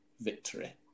victory